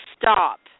stop